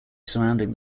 surrounding